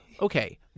Okay